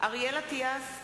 אריאל אטיאס,